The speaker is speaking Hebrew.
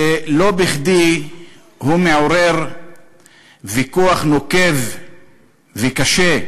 ולא בכדי הוא מעורר ויכוח נוקב וקשה.